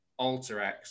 AlterX